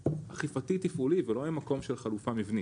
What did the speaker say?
אכיפתי תפעולי ולא ממקום של חלופה מבנית.